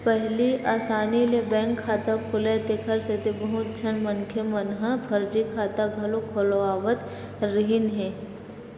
पहिली असानी ले बैंक खाता खुलय तेखर सेती बहुत झन मनखे मन ह फरजी खाता घलो खोलवावत रिहिन हे